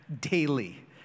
daily